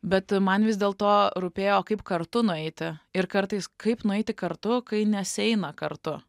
bet man vis dėlto rūpėjo o kaip kartu nueiti ir kartais kaip nueiti kartu kai nesieina kartu